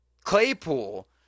Claypool